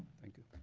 thank you,